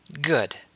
Good